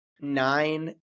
nine